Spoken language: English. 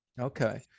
Okay